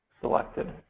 selected